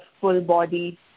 full-body